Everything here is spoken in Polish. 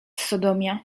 sodomia